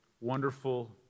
wonderful